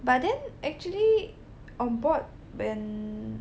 but then actually on board when